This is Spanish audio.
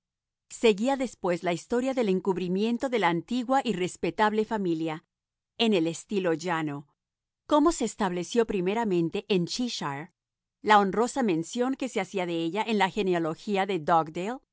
seguía después la historia del encumbramiento de la antigua y respetable familia en estilo llano cómo se estableció primeramente en cheashire la honrosa mención que se hacía de ella en la genealogía de dugdale